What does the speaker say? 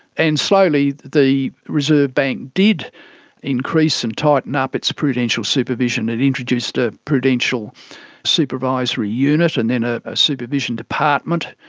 and slowly the reserve bank did increase and tighten up its prudential supervision. it introduced a prudential supervisory unit and then a ah supervision department.